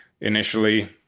initially